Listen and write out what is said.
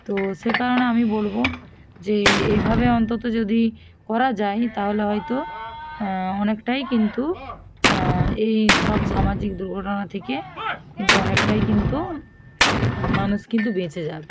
তো সে কারণে আমি বলবো যে এইভাবে অন্তত যদি করা যায় তাহলে হয়তো অনেকটাই কিন্তু এই এই সব সামাজিক দুর্ঘটনা থেকে কিন্তু অনেকটাই কিন্তু মানুষ কিন্তু বেঁচে যাবে